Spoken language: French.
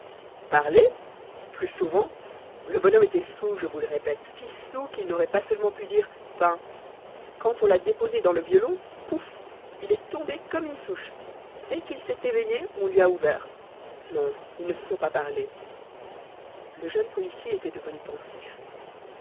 parlé plus souvent le bonhomme était soûl je vous le répète si soûl qu'il n'aurait pas seulement pu dire pain quand on l'a déposé dans le violon pouf il est tombé comme une souche dès qu'il s'est éveillé on lui a ouvert non ils ne se sont pas parlé le jeune policier était devenu pensif